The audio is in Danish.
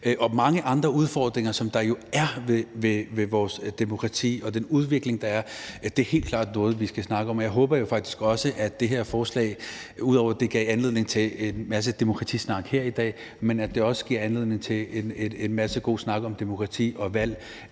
om mange andre udfordringer, som der jo er ved vores demokrati, og den udvikling, der er – er helt klart noget, som vi skal snakke om. Og jeg håber jo faktisk også, at det her forslag, ud over at det har givet anledning til en masse demokratisnak her i dag, også giver anledning til en masse god snak om demokrati og valg